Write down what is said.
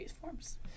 forms